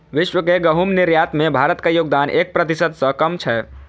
विश्व के गहूम निर्यात मे भारतक योगदान एक प्रतिशत सं कम छै